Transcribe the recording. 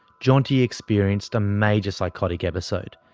jeanti experienced a major psychotic episode,